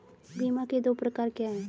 बीमा के दो प्रकार क्या हैं?